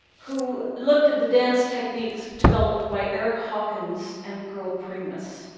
who looked at the dance techniques developed by erick hawkins and pearl primus.